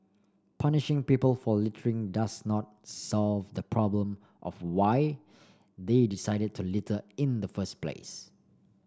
punishing people for littering does not solve the problem of why they decided to litter in the first place